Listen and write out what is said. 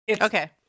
okay